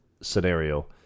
scenario